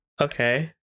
okay